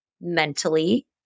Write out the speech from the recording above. mentally